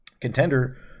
contender